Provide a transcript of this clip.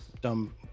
dumb